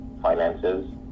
finances